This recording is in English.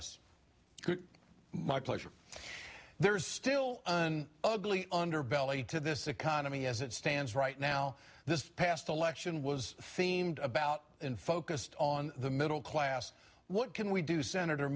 us my pleasure there's still an ugly underbelly to this economy as it stands right now this past election was themed about and focused on the middle class what can we do senator